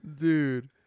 Dude